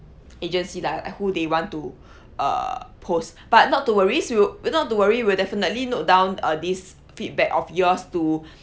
agency lah like who they want to err post but not to worries we'll not to worry we'll definitely note down uh this feedback of yours to